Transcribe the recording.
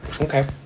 Okay